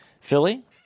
Philly